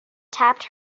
tapped